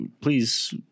please